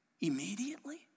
immediately